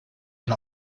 and